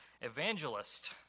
Evangelist